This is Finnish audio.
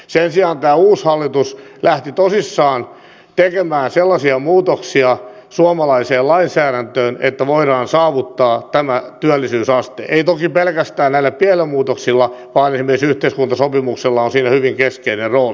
sen sijaan tämä uusi hallitus lähti tosissaan tekemään sellaisia muutoksia suomalaiseen lainsäädäntöön että voidaan saavuttaa tämä työllisyysaste ei toki pelkästään näillä pienillä muutoksilla vaan esimerkiksi yhteiskuntasopimuksella on siinä hyvin keskeinen rooli